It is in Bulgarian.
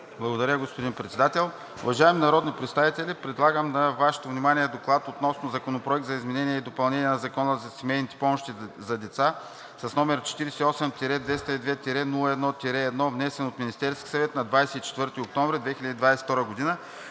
Благодаря, господин Председател. Уважаеми народни представители! Предлагам на Вашето внимание „Доклад относно Законопроект за изменение и допълнение на Закона за семейните помощи за деца, № 48-202-01-1, внесен от Министерския съвет на 24 октомври 2022 г.,